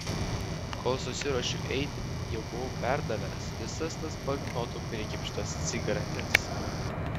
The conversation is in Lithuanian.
kol susiruošiu eiti jau buvau perdavęs visas tas banknotų prikimštas cigaretes